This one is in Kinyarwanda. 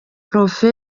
prof